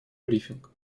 брифинг